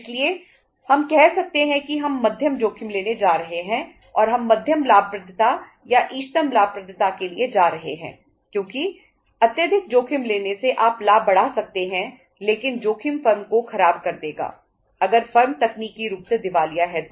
इसलिए हम कह सकते हैं कि हम मध्यम जोखिम लेने जा रहे हैं और हम मध्यम लाभप्रदता या इष्टतम लाभप्रदता के लिए जा रहे हैं क्योंकि अत्यधिक जोखिम लेने से आप लाभ बढ़ा सकते हैं लेकिन जोखिम फर्म को खराब कर देगा अगर फर्म तकनीकी रूप से दिवालिया है तो